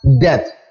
death